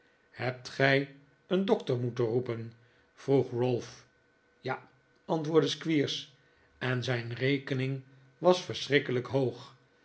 hebt gij een dokter moeten roepen vroeg ralph ja antwoordde squeers en zijn rekening was verschrikkelijk hoog